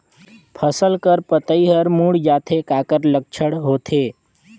फसल कर पतइ हर मुड़ जाथे काकर लक्षण होथे?